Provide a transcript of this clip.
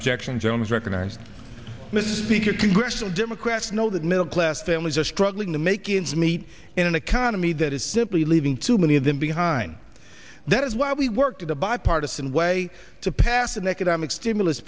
objection jones recognized misspeak or congressional democrats know that middle class families are struggling to make ends meet in an economy that is simply leaving too many of them behind that is why we worked in a bipartisan way to pass an economic stimulus